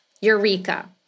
Eureka